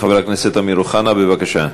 חבר הכנסת אמיר אוחנה, בבקשה.